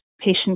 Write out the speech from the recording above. patient